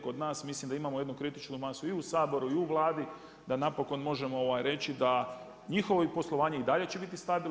Kod nas mislim da imamo jednu kritičnu masu i u Saboru i u Vladi, da napokon možemo reći da njihovo poslovanje i dalje će biti stabilno.